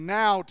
now